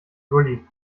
gully